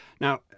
Now